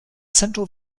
central